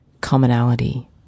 commonality